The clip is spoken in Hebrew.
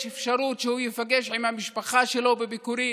יש אפשרות שהוא ייפגש עם המשפחה שלו בביקורים,